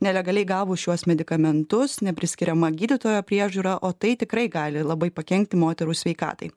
nelegaliai gavus šiuos medikamentus nepriskiriama gydytojo priežiūra o tai tikrai gali labai pakenkti moterų sveikatai